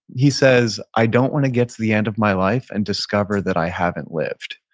he says, i don't wanna get to the end of my life and discover that i haven't lived.